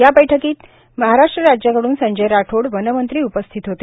या बैठकीत महाराष्ट्र राज्याकडून संजय राठोड वन मंत्री उपस्थित होते